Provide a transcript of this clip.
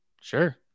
Sure